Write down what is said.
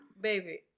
Baby